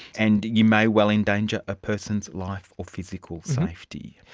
and you may well endanger a person's life or physical safety.